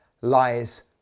lies